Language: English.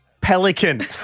pelican